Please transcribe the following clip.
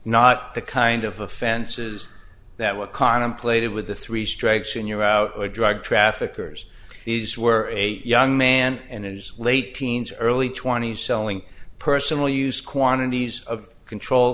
not the kind of offenses that were contemplated with the three strikes and you're out a drug traffickers these were eight young man in his late teens early twenty's selling personal use quantities of controlled